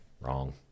Wrong